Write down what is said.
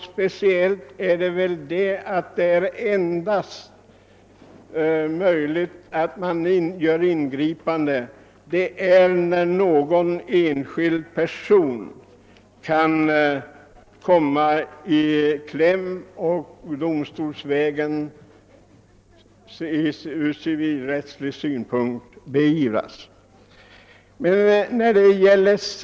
Speciellt gäller det i sådana fall där ingripanden på civilrättslig väg kan beröra en enskild person, som därigenom kan komma i kläm.